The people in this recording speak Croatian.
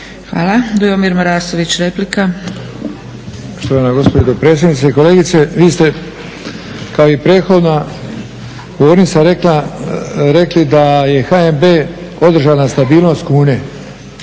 Hvala. Dujomir Marasović, replika.